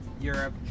Europe